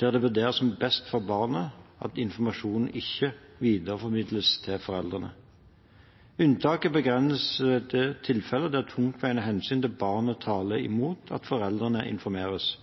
der det vurderes som best for barnet at informasjonen ikke videreformidles til foreldrene. Unntaket begrenses til tilfeller der tungtveiende hensyn til barnet taler imot at foreldrene informeres.